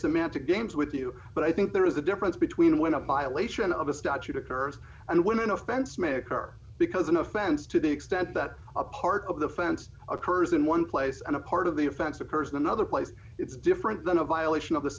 semantic games with you but i think there is a difference between when a violation of a statute occurs and women offense may occur because an offense to the extent that a part of the fence occurs in one place and a part of the offense occurs in another place it's different than a violation of the